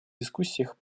дискуссиях